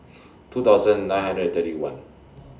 two thousand nine hundred thirty one